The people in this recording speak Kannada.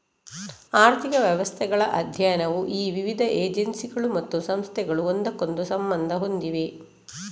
ಆರ್ಥಿಕ ವ್ಯವಸ್ಥೆಗಳ ಅಧ್ಯಯನವು ಈ ವಿವಿಧ ಏಜೆನ್ಸಿಗಳು ಮತ್ತು ಸಂಸ್ಥೆಗಳು ಒಂದಕ್ಕೊಂದು ಸಂಬಂಧ ಹೊಂದಿವೆ